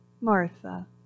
Martha